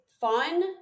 fun